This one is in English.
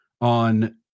on